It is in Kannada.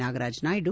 ನಾಗರಾಜ್ ನಾಯ್ಯ